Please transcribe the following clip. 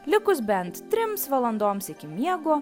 likus bent trims valandoms iki miego